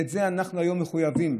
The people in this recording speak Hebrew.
לזה אנחנו היום מחויבים,